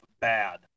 bad